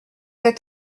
êtes